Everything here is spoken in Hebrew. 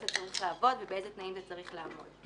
זה צריך לעבוד ובאיזה תנאים זה צריך לעבוד.